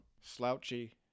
Slouchy